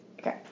Okay